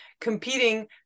competing